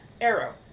Arrow